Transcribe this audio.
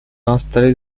installés